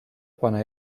pane